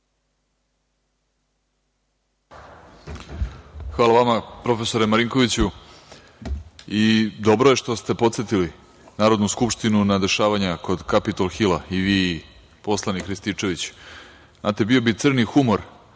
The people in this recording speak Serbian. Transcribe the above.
Hvala vama, profesore Marinkoviću.I dobro je što ste podsetili Narodnu skupštinu na dešavanja kod Kapitol hila, i vi i poslanik Rističević. Znate, bio bi crni humor